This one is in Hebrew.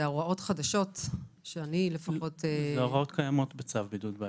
הוראות חדשות שאני לפחות --- אלה הוראות קיימות בצו בידוד בית.